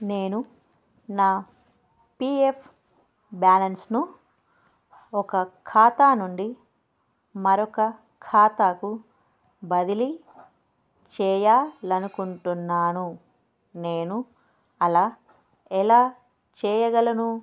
నేను నా P F బ్యాలెన్స్ను ఒక ఖాతా నుండి మరొక ఖాతాకు బదిలీ చేయాలి అనుకుంటున్నాను నేను అలా ఎలా చేయగలను